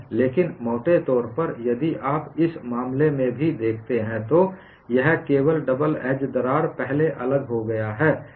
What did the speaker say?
लेकिन मौटे तौर पर और यदि आप इस मामले में भी देखते हैं तो यह केवल डबल एज दरार पहले अलग हो गया है